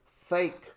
fake